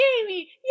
Jamie